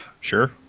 Sure